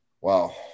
Wow